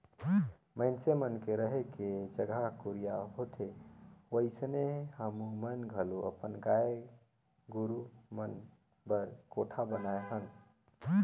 मइनसे मन के रहें के जघा कुरिया होथे ओइसने हमुमन घलो अपन गाय गोरु मन बर कोठा बनाये हन